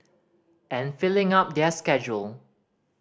and filling up their schedule